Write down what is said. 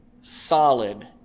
solid